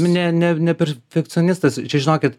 ne ne ne perfekcionistas čia žinokit